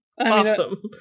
awesome